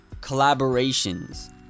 Collaborations